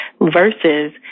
versus